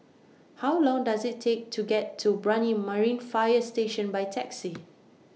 How Long Does IT Take to get to Brani Marine Fire Station By Taxi